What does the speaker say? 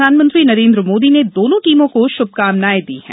प्रधानमंत्री नरेंद्र मोदी ने दोनों टीमों को शुभकामनाएं दी हैं